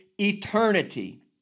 eternity